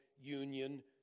union